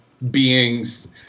beings